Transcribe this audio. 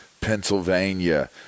Pennsylvania